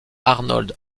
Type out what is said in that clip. arnold